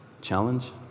Challenge